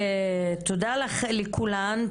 תודה לכולן,